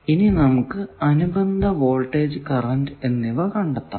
ഇനി നമുക്ക് അനുബന്ധ വോൾടേജ് കറന്റ് കണ്ടെത്തണം